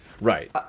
Right